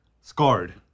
scarred